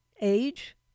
age